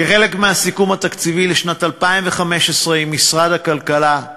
כחלק מהסיכום התקציבי לשנת 2015 עם משרד הכלכלה,